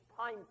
time